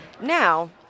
Now